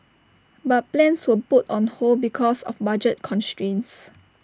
but plans were put on hold because of budget constraints